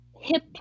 hip